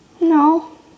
No